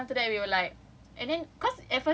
but then it was just so hard and then after that we were like